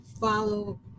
follow